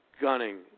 gunning